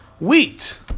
wheat